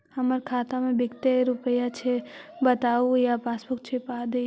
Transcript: हमर खाता में विकतै रूपया छै बताबू या पासबुक छाप दियो?